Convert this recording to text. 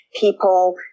people